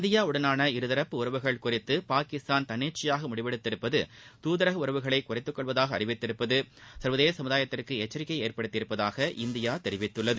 இந்தியாவுடனான இருதரப்பு உறவுகள் குறித்து பாகிஸ்தான் தன்னிச்சையாக முடிவெடுத்திருப்பது துதரக உறவுகளை குறைத்து கொள்வதாக அறிவித்திருப்பது சர்வதேச சமுதாயத்திற்கு எச்சரிக்கையை ஏற்படுத்தியுள்ளதாக இந்தியா தெரிவித்துள்ளது